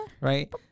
right